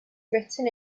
written